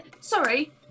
Sorry